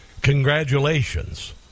Congratulations